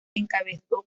encabezó